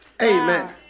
Amen